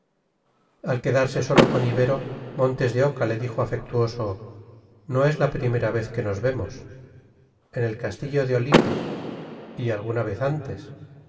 al quedarse solo con ibero montes de oca le dijo afectuoso no es la primera vez que nos vemos en el castillo de olite y alguna vez antes